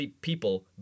people